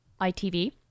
itv